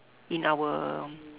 in our